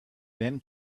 then